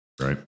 Right